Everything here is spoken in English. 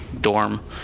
dorm